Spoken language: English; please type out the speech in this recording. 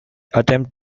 attempt